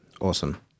Awesome